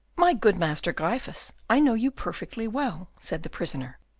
my good master gryphus, i know you perfectly well, said the prisoner,